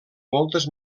moltes